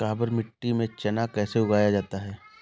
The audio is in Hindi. काबर मिट्टी में चना कैसे उगाया जाता है?